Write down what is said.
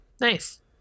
nice